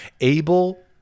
Abel